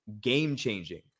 game-changing